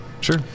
sure